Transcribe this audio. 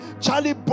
Charlie